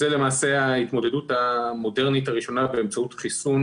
זאת למעשה ההתמודדות המודרנית הראשונה באמצעות חיסון